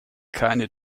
keine